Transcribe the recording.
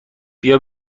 بیا